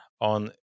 on